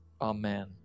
Amen